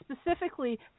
specifically